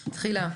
תחילה.